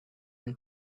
and